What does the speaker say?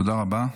תודה רבה.